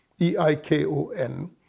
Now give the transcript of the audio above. e-i-k-o-n